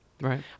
Right